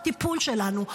הטיפול שלנו,